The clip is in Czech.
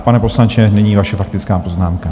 Pane poslanče, nyní vaše faktická poznámka.